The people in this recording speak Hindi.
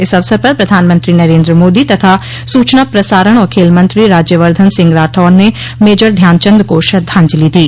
इस अवसर पर प्रधानमंत्री नरेन्द्र मोदी तथा सूचना प्रसारण और खेल मंत्री राज्यवर्द्वन सिंह राठौड़ ने मेजर ध्यानचंद को श्रद्धांजलि दी